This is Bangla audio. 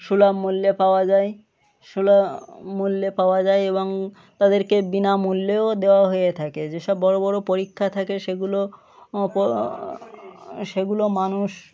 সুলভ মূল্যে পাওয়া যায় সুলভ মূল্যে পাওয়া যায় এবং তাদেরকে বিনামূল্যেও দেওয়া হয়ে থাকে যেসব বড় বড় পরীক্ষা থাকে সেগুলো সেগুলো মানুষ